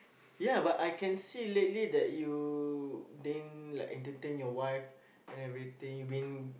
ya but I can see lately that you didn't like entertain your wife and everything you been